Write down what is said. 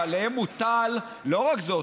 שעליהם הוטל לא רק זאת,